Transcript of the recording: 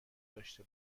داشته